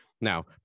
Now